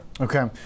Okay